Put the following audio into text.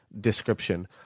description